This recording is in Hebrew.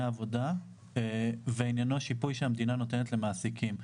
עבודה ושיפוי שהמדינה נותנת למעסיקים.